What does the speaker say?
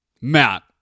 Matt